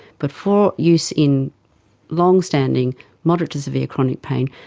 but for use in long-standing moderate to severe chronic pain,